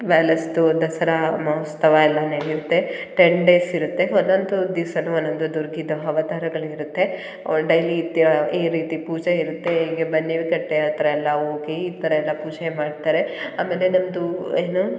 ಪ್ಯಾಲೇಸ್ದು ದಸರಾ ಮಹೋತ್ಸವ ಎಲ್ಲ ನಡೆಯುತ್ತೆ ಟೆನ್ ಡೇಸ್ ಇರುತ್ತೆ ಒಂದೊಂದು ದಿವ್ಸವೂ ಒಂದೊಂದು ದುರ್ಗಿಯದು ಅವತಾರಗಳ್ ಇರುತ್ತೆ ಡೈಲಿ ನಿತ್ಯ ಈ ರೀತಿ ಪೂಜೆ ಇರುತ್ತೆ ಹಿಂಗೆ ಬನ್ನಿ ಕಟ್ಟೆ ಹತ್ರ ಎಲ್ಲ ಹೋಗಿ ಈ ಥರ ಎಲ್ಲ ಪೂಜೆ ಮಾಡ್ತಾರೆ ಆಮೇಲೆ ನಮ್ಮದು ಏನು